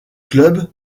clubs